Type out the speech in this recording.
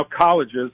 colleges